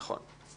נכון.